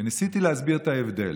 ניסיתי להסביר את ההבדל.